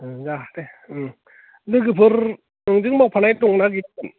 दे ओं लोगोफोर नोंजों मावफानाय दंना गैयामोन